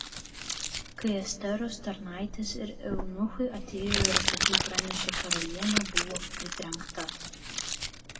kai esteros tarnaitės ir eunuchai atėjo ir apie tai pranešė karalienė buvo pritrenkta